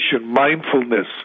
mindfulness